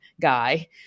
guy